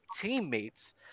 teammates